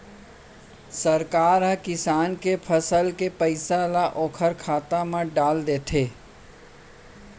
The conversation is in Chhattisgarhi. सरकार ह किसान के फसल के पइसा ल ओखर खाता म डाल देथे